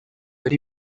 ari